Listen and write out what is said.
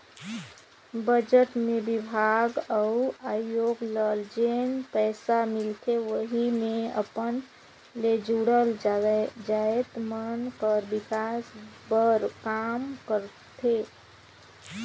budget मे बिभाग अउ आयोग ल जेन पइसा मिलथे वहीं मे अपन ले जुड़ल जाएत मन कर बिकास बर काम करथे